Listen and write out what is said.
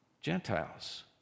Gentiles